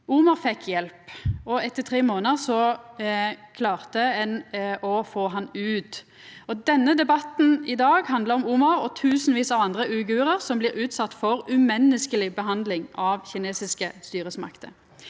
Omar fekk hjelp, og etter tre månadar klarte ein å få han ut. Denne debatten i dag handlar om Omar og tusenvis av andre uigurar som blei utsette for umenneskeleg behandling av kinesiske styresmakter.